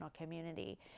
community